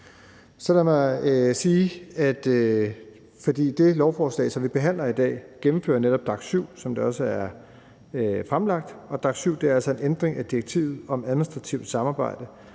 ikke er korrekt. Det lovforslag, vi behandler her, gennemfører netop DAC7, som det også er fremført. Og DAC7 er altså en ændring af direktivet om administrativt samarbejde,